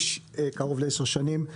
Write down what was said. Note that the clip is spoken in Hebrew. ומנהל הנמל קרוב לעשר שנים.